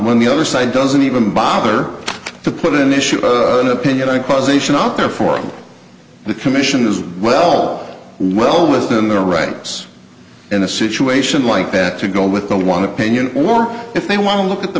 when the other side doesn't even bother to put an issue of an opinion causation out there for the commission is well well within their rights in a situation like that to go with the want of pain or if they want to look at the